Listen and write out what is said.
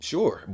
Sure